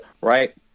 right